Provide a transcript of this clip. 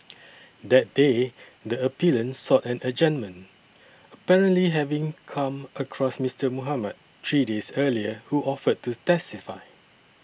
that day the appellant sought an adjournment apparently having come across Mister Mohamed three days earlier who offered to testify